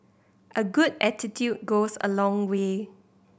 a good attitude goes a long way